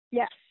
yes